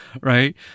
right